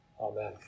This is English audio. Amen